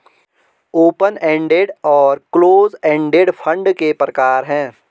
open ended और close ended fund के प्रकार हैं